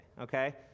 okay